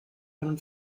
einen